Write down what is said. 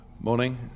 Morning